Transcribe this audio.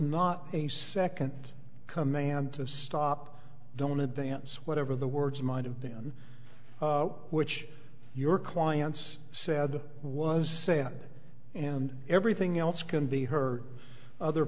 not a second command to stop don't advance whatever the words might have been which your clients said was saying it and everything else can be heard other